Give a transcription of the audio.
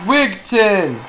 Wigton